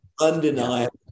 undeniable